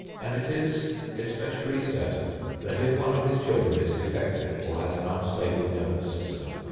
and it is especially certain that if one of his children is defective or has an unstable nervous system,